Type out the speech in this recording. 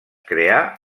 creà